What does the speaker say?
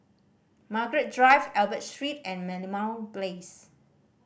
Margaret Drive Albert Street and Merlimau Place